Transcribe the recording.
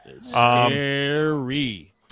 Scary